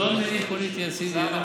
לא מניעים פוליטיים, יא סידי.